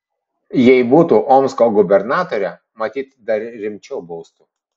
jei būtų omsko gubernatore matyt dar rimčiau baustų